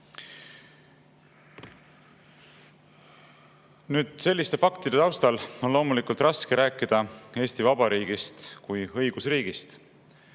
last. Selliste faktide taustal on loomulikult raske rääkida Eesti Vabariigist kui õigusriigist.